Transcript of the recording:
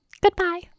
goodbye